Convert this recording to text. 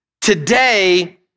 today